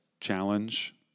challenge